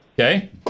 okay